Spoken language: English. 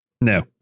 no